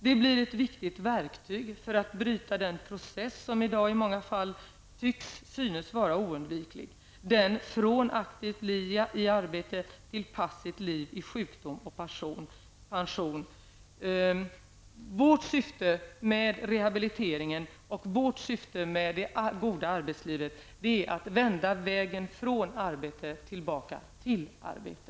Det blir ett viktigt verktyg för att bryta den process som i dag i många fall synes vara ounviklig, den från aktivt liv i arbete till passivt liv i sjukdom och med pension. Vårt syfte med rehabiliteringen och det goda arbetslivet är att vända riktningen från arbete till en väg tillbaka till arbete.